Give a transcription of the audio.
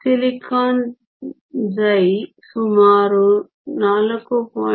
silicon ಸುಮಾರು 4